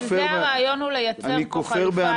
בגלל זה הרעיון הוא לייצר פה חלופה,